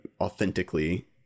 authentically